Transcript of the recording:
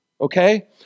okay